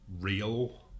real